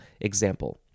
example